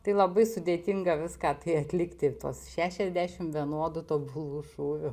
tai labai sudėtinga viską tai atlikti tuos šešiasdešim vienodų tobulų šūvių